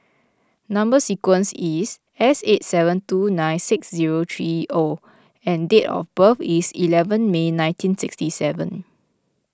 Number Sequence is S eight seven two nine six zero three O and date of birth is eleven May nineteen sixty seven